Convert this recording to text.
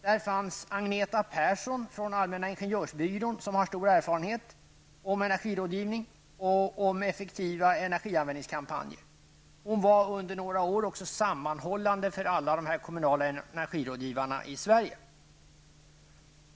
Där fanns Agneta Persson från Allmänna ingenjörsbyrån. Hon har stor erfarenhet av energirådgivning och av kampanjer för effektivare energianvändning. Hon var under några år också sammahållande för alla kommunala energirådgivare i Sverige.